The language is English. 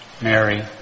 Mary